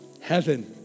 Heaven